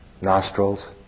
nostrils